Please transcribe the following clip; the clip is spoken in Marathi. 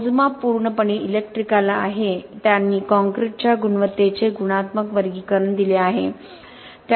मोजमाप पूर्णपणे इलेक्ट्रिकल आहे त्यांनी कॉंक्रिटच्या गुणवत्तेचे गुणात्मक वर्गीकरण दिले आहे